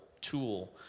tool